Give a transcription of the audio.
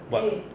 but